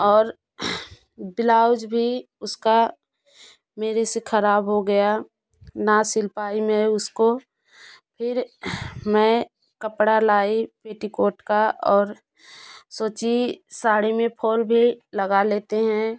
और बिलाउज़ भी उसका मेरे से खराब हो गया ना सिल पाई मैं उसको फिर मैं कपड़ा लाई पेटीकोट का और सोची साड़ी में फॉल भी लगा लेते हैं